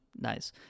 nice